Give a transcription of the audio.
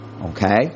Okay